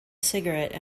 cigarette